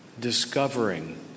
Discovering